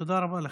תודה רבה לך.